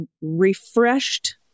refreshed